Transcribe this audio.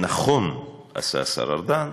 שנכון עשה השר ארדן,